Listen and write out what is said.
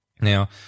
Now